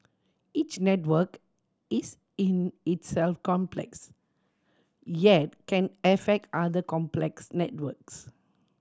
each network is in itself complex yet can affect other complex networks